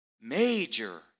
major